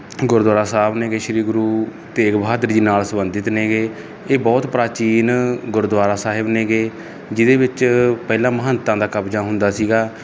ਗੁਰਦੁਆਰਾ ਸਾਬ ਨੇ ਗੇ ਸ਼੍ਰੀ ਗੁਰੂ ਤੇਗ ਬਹਾਦਰ ਜੀ ਨਾਲ ਸਬੰਧਿਤ ਨੇ ਗੇ ਇਹ ਬਹੁਤ ਪ੍ਰਾਚੀਨ ਗੁਰਦੁਆਰਾ ਸਾਹਿਬ ਨੇ ਜਿਹਦੇ ਵਿੱਚ ਪਹਿਲਾਂ ਮਹੰਤਾਂ ਦਾ ਕਬਜਾ ਹੁੰਦਾ ਸੀਗਾ